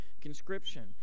Conscription